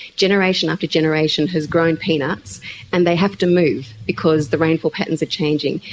generation after generation has grown peanuts and they have to move because the rainfall patterns are changing.